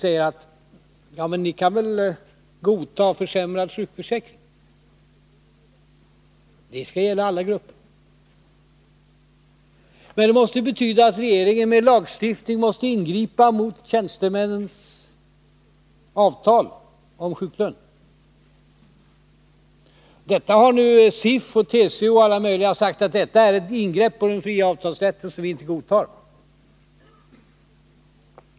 Thorbjörn Fälldin säger: Ni kan väl godta försämrad sjukförsäkring. Det skall gälla alla grupper. Det måste betyda att regeringen med lagstiftning tvingas ingripa mot tjänstemännens avtal om sjuklön. Detta har SIF, TCO m.fl. sagt är ett ingrepp i den fria avtalsrätten som de inte godtar.